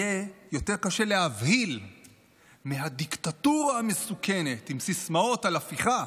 יהיה יותר קשה להבהיל מהדיקטטורה המסוכנת עם סיסמאות על הפיכה.